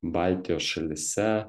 baltijos šalyse